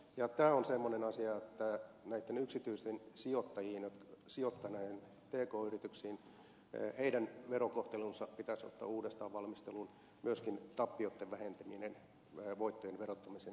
tämä on semmoinen asia että näitten yksityisiin pk yrityksiin sijoittaneiden verokohtelu pitäisi ottaa uudestaan valmisteluun myöskin tappioitten vähentäminen voittojen verottamisen lisäksi